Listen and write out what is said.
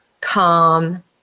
calm